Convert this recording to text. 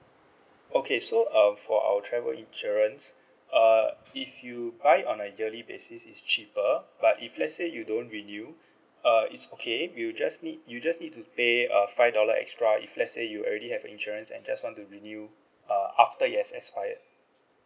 okay so um for our travel insurance err if you buy on a yearly basis is cheaper but if let's say you don't renew uh it's okay we'll just need you just need to pay a five dollar extra if let's say you already have insurance and just want to renew uh after you are expired